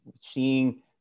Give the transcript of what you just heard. seeing